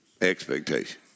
expectation